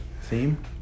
theme